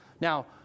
Now